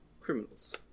criminals